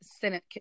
Senate